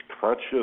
conscious